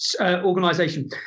organization